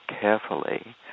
carefully